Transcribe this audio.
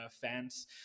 fans